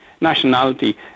nationality